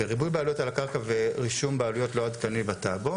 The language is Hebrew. ריבוי בעלויות על הקרקע ורישום בעלויות לא עדכני בטאבו,